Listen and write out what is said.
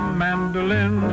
mandolin